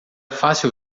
fácil